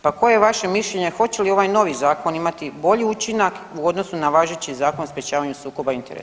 Pa koje je vaše mišljenje, hoće li ovaj novi Zakon imati bolji učinak u odnosu na važeći Zakon o Sprječavanju sukoba interesa.